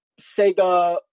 Sega